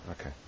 Okay